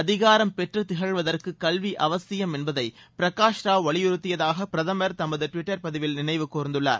அதிகாரம் பெற்று திகழ்வதற்கு கல்வி அவசியம் என்பதை பிரகாஷ்ராவ் வலியுறத்தியதாக பிரதமர் தமது டுவிட்டர் பதிவில் நினைவு கூர்ந்துள்ளார்